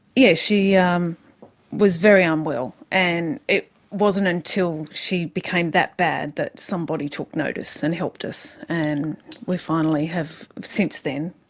yeah she um was very unwell. and it wasn't until she became that bad that somebody took notice and helped us, and we finally have since then,